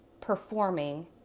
performing